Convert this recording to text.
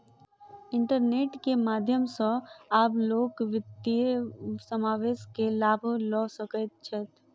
internet के माध्यम सॅ आब लोक वित्तीय समावेश के लाभ लअ सकै छैथ